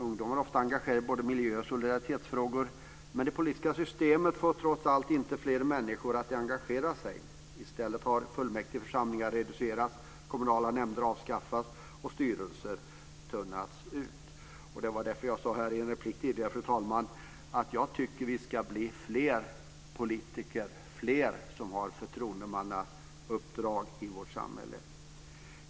Ungdomar är ofta engagerade i både miljö och solidaritetsfrågor, men det politiska systemet får trots allt inte fler människor att engagera sig. I stället har fullmäktigeförsamlingar reducerats, kommunala nämnder avskaffats och styrelser tunnats ut. Det var därför jag sade här tidigare i en replik, fru talman, att jag tycker att vi ska bli fler politiker och fler som har förtroendemannauppdrag i vårt samhälle.